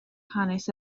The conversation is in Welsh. hanes